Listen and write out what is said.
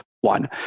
one